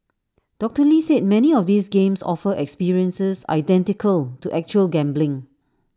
doctor lee said many of these games offer experiences identical to actual gambling